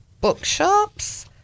bookshops